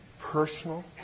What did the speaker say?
Personal